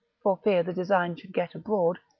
for fear the design should get abroad,